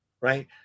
Right